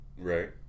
Right